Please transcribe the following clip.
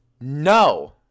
no